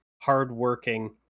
hardworking